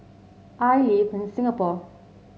I live in Singapore